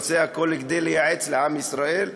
עושה הכול כדי לייעץ לעם ישראל,